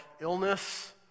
illness